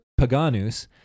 paganus